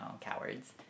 cowards